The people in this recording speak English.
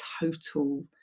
total